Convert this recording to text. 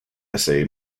assay